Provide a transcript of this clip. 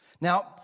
Now